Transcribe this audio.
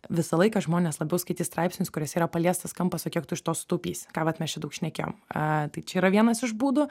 visą laiką žmonės labiau skaitys straipsnius kuriuose yra paliestas kampas o kiek tu iš to sutaupysi ką vat mes čia daug šnekėjom a tai čia yra vienas iš būdų